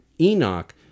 Enoch